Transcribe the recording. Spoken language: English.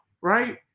right